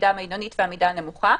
עמידה בינונית ועמידה נכונה.